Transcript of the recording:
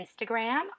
Instagram